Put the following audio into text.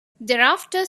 thereafter